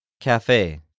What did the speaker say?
Cafe